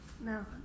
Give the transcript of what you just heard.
No